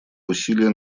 усилия